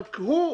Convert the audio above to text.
אבל הוא,